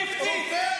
לרופא